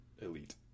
Elite